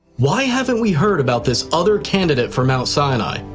why haven't we heard about this other candidate for mount sinai?